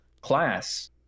class